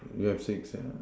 you have six ya